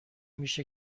میشه